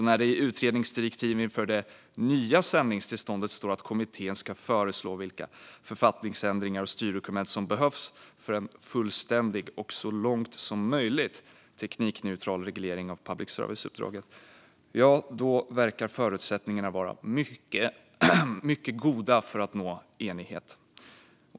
När det i utredningsdirektiven inför det nya sändningstillståndet står att kommittén ska föreslå vilka författningsändringar och styrdokument som behövs för en fullständig och så långt som möjligt teknikneutral reglering av public service-uppdraget verkar förutsättningarna alltså vara mycket goda för att nå enighet.